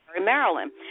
Maryland